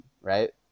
right